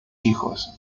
hijos